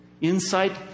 Insight